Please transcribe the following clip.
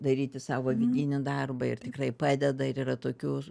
daryti savo vidinį darbą ir tikrai padeda ir yra tokių